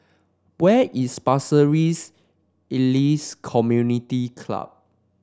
where is Pasir Ris Elias Community Club